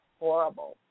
horrible